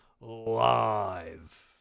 live